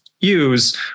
use